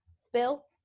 Spill